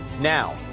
Now